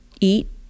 eat